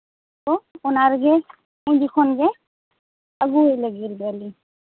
ᱛᱚ ᱚᱱᱟᱨᱮᱜᱮ ᱥᱟᱺᱜᱤᱧ ᱠᱷᱚᱱᱜᱮ ᱟᱹᱜᱩᱭ ᱞᱟᱹᱜᱤᱫ ᱟᱞᱮ